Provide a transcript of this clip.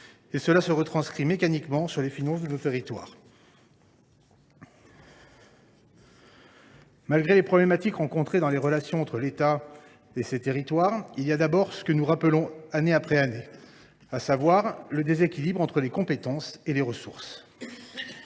et cela a mécaniquement un impact sur les finances de nos territoires. Parmi les problématiques engendrées par les relations entre l’État et ses territoires, il y a d’abord ce que nous rappelons année après année, à savoir le déséquilibre entre les compétences et les ressources.